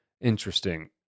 interesting